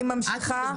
תודה רבה, אני ממשיכה.